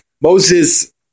Moses